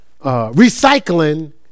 recycling